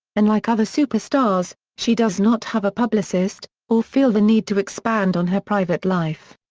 unlike other superstars, she does not have a publicist, or feel the need to expand on her private life.